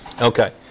okay